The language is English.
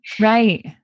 Right